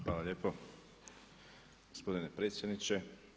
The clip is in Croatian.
Hvala lijepa gospodine predsjedniče.